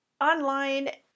online